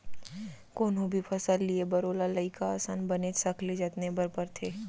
कोनो भी फसल लिये बर ओला लइका असन बनेच सखले जतने बर परथे